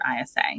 ISA